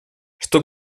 что